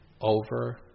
over